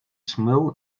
smell